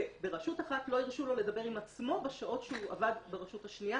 וברשות אחת לא הרשו לו לדבר עם עצמו בשעות שהוא עבר ברשות השנייה.